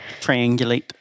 Triangulate